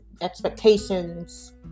expectations